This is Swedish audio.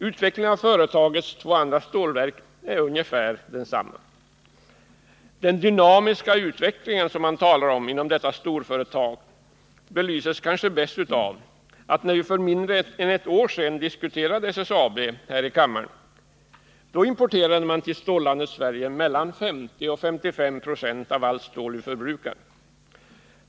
Utvecklingen vid företagets två andra stålverk är ungefär densamma. Den ”dynamiska” utvecklingen inom detta storföretag belyses kanske bäst av att när vi för mindre än ett år sedan diskuterade SSAB, importerade man till stållandet Sverige mellan 50 och 55 96 av allt stål vi förbrukar.